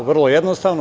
Vrlo jednostavno.